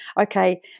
okay